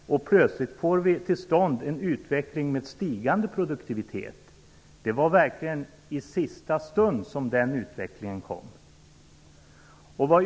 Plötsligt får vi till stånd en utveckling med stigande produktivitet. Det var verkligen i sista stund som den utvecklingen kom.